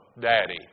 Daddy